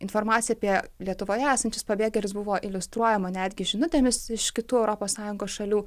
informacija apie lietuvoje esančius pabėgėlius buvo iliustruojama netgi žinutėmis iš kitų europos sąjungos šalių